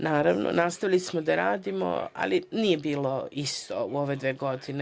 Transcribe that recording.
Naravno, nastavili smo da radimo, ali nije bilo isto u ove dve godine.